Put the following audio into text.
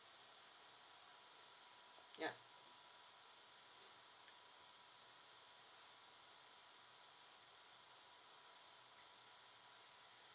yup